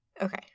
Okay